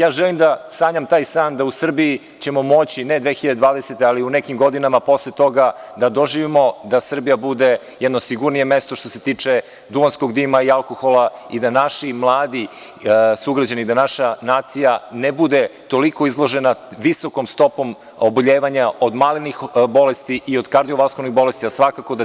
Ja želim da sanjam taj san da ćemo u Srbiji moći, ne 2020. godine, ali u nekim godinama posle toga, da doživimo da Srbija bude jedno sigurnije mesto što se tiče duvanskog dima i alkohola i da naši mladi sugrađani, da naša nacija, ne bude toliko izložena visokom stopom oboljevanja od malignih bolesti i od kardiovaskularnih bolesti, jer svakako da